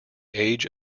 age